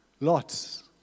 Lots